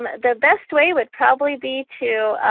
the best way would probably be to.